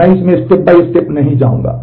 मैं इससे step by step नहीं जाऊंगा